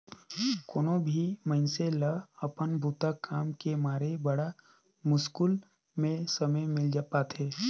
कोनो भी मइनसे ल अपन बूता काम के मारे बड़ा मुस्कुल में समे मिल पाथें